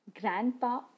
Grandpa